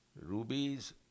Rubies